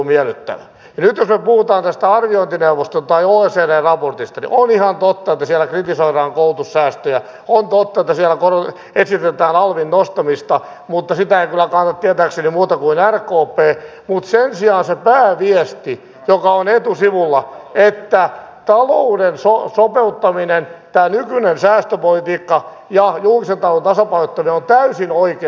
ja nyt jos me puhumme arviointineuvoston tai oecdn raportista niin on ihan totta että siellä kritisoidaan koulutussäästöjä on totta että siellä esitetään alvin nostamista mutta sitä eivät kyllä kannata tietääkseni muut kuin rkp mutta sen sijaan se pääviesti joka on etusivulla on se että talouden sopeuttaminen tämä nykyinen säästöpolitiikka ja julkisen talouden tasapainottaminen on täysin oikein